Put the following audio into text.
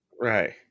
right